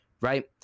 right